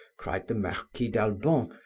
cried the marquis d'albon.